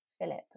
Philip